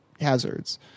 hazards